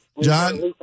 John